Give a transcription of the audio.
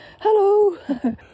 hello